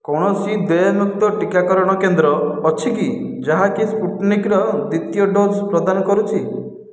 କୌଣସି ଦେୟମୁକ୍ତ ଟିକାକରଣ କେନ୍ଦ୍ର ଅଛିକି ଯାହାକି ସ୍ପୁଟନିକ୍ର ଦ୍ୱିତୀୟ ଡୋଜ୍ ପ୍ରଦାନ କରୁଛି